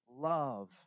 Love